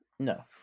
No